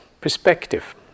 perspective